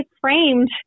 framed